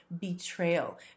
betrayal